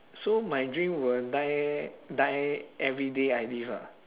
so my dream will die die every day I live ah